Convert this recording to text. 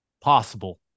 possible